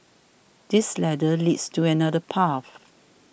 this ladder leads to another path